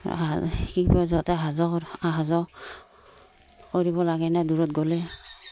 যাওঁতে অহা যোৱা অহা যোৱা কৰিব লাগে ন দূৰত গ'লে